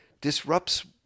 disrupts